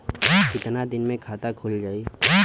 कितना दिन मे खाता खुल जाई?